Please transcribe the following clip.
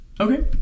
Okay